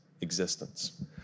existence